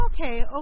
Okay